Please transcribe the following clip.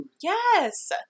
Yes